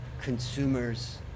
consumers